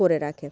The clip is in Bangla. করে রাখে